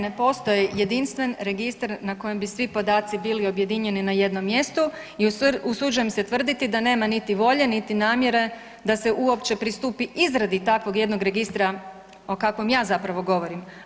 Ne, ne postoji jedinstven registar na kojem bi svi podaci bili objedinjeni na jednom mjestu i usuđujem se tvrditi da nema niti volje, niti namjere da se uopće pristupi izradi takvog jednog registra o kakvom ja zapravo govorim.